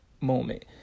moment